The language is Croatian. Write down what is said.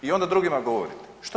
I onda drugima govorite, što